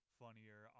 funnier